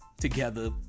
together